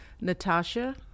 natasha